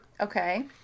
Okay